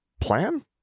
Plan